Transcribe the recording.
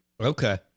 Okay